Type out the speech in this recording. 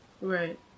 Right